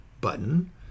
button